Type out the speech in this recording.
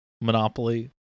Monopoly